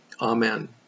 Amen